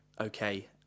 okay